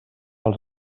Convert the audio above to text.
als